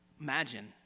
Imagine